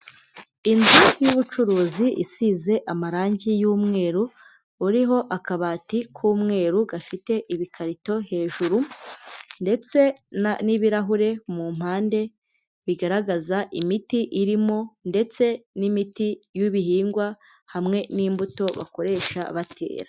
Inzu y'ubucuruzi isize amarangi y'umweru, uriho akabati k'umweru gafite ibikarito hejuru ndetse na n'ibirahure mu mpande, bigaragaza imiti irimo, ndetse n'imiti y'ibihingwa hamwe n'imbuto bakoresha batera.